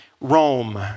Rome